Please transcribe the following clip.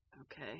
Okay